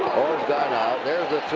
gone out. there's the